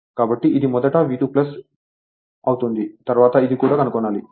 కాబట్టి ఇది మొదట V2 ఇది అవుతుంది తర్వాత ఇది కూడా కనుగొనాలి